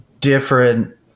different